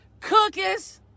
cookies